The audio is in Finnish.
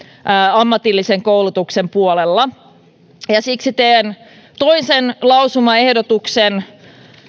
ammatillisen koulutuksen puolella siksi teen toisen lausumaehdotuksen